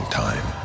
time